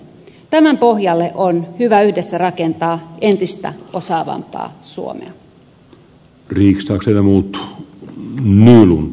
tämän pohjalle on hyvä yhdessä rakentaa entistä osaavampaa suomea